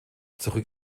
zurück